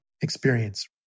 experience